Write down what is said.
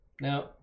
Now